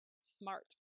Smart